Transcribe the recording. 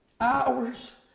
Hours